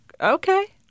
Okay